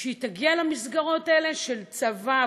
כשהיא תגיע למסגרות האלה של צבא,